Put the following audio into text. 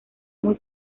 muy